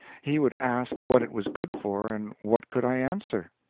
he would ask what it was good for, and what could i answer?